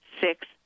six